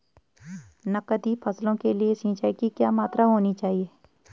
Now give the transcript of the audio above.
नकदी फसलों के लिए सिंचाई की क्या मात्रा होनी चाहिए?